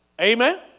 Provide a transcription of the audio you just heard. Amen